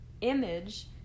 image